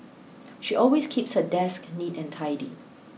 she always keeps her desk neat and tidy